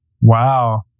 Wow